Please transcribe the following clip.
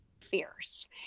fierce